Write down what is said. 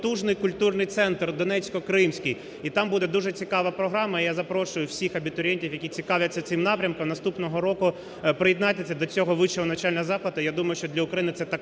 донецько-кримський. І там буде дуже цікава програма, я запрошую всіх абітурієнтів, які цікавляться цим напрямком, наступного року приєднайтеся до цього вищого навчального закладу. Я думаю, що для України це також